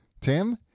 Tim